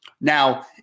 Now